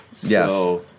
Yes